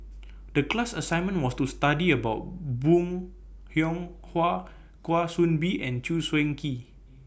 The class assignment was to study about Bong Hiong Hwa Kwa Soon Bee and Chew Swee Kee